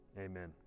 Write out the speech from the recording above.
Amen